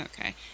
Okay